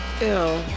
Ew